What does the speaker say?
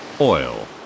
oil